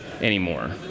anymore